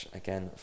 again